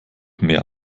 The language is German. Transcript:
mehr